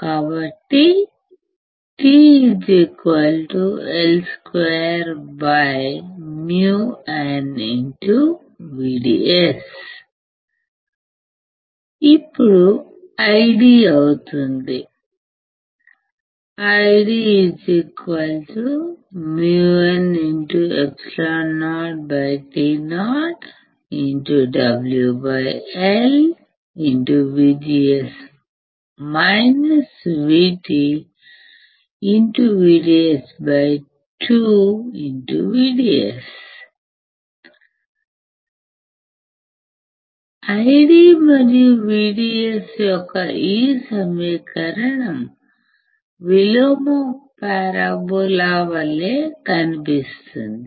కాబట్టి t L2µnVDS ఇప్పుడు ID అవుతుంది IDµnεotoWLVGS VT VDS2VDS ID మరియు VDS యొక్క ఈ సమీకరణం విలోమ పారాబొలా వలె కనిపిస్తుంది